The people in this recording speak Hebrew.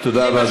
תודה רבה,